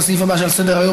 לסעיף הבא שעל סדר-היום,